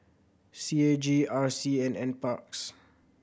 C A G R C and Nparks